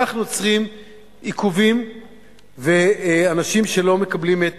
כך נוצרים עיכובים ואנשים שלא מקבלים את